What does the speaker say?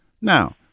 Now